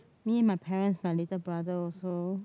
me and my parents my little brother also